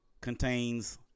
contains